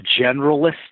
generalist